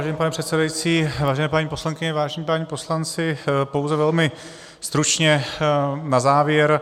Vážený pane předsedající, vážené paní poslankyně, vážení páni poslanci, pouze velmi stručně na závěr.